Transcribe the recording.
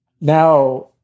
now